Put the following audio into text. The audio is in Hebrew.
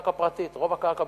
רוב הקרקע בחיפה.